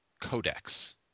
Codex